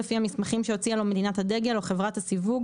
לפי המסמכים שהוציאה לו מדינת הדגל או חברת הסיווג,